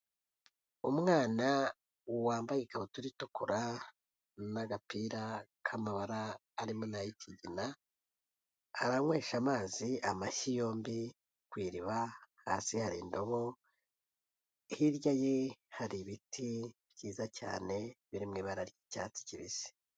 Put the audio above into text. Umwana wambaye ikabutura itukura n'agapira k'amabara arimo n'ay'ikigina, aranywesha amazi amashyi yombi ku iriba, hasi hari indobo, hirya ye hari ibiti byiza cyane biri mu ibara ry'icyatsi kibisi.